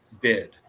bid